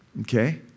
Okay